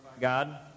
God